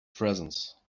presence